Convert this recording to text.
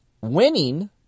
Winning